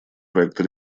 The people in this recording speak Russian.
проекта